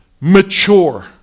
mature